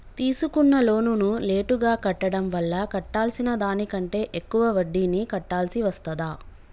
తీసుకున్న లోనును లేటుగా కట్టడం వల్ల కట్టాల్సిన దానికంటే ఎక్కువ వడ్డీని కట్టాల్సి వస్తదా?